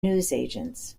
newsagents